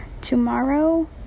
tomorrow